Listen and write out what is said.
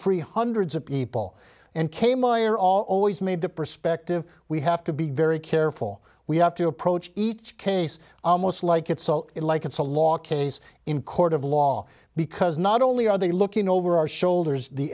free hundreds of people and came by are all always made the perspective we have to be very careful we have to approach each case almost like it's so like it's a law case in court of law because not only are they looking over our shoulders the